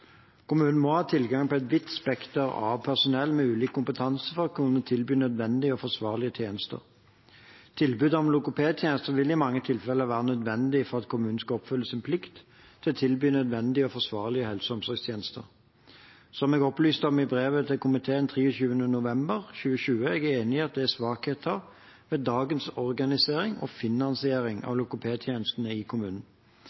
Kommunen må ha tilgang på et vidt spekter av personell med ulik kompetanse for å kunne tilby nødvendige og forsvarlige tjenester. Tilbud om logopedtjenester vil i mange tilfeller være nødvendig for at kommunen skal oppfylle sin plikt til å tilby nødvendige og forsvarlige helse- og omsorgstjenester. Som jeg opplyste om i brevet til komiteen av 23. november 2020, er jeg enig i at det er svakheter ved dagens organisering og finansiering